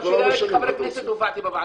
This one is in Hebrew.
גם כשלא הייתי חבר הכנסת, הופעתי כאן בוועדה.